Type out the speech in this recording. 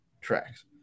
tracks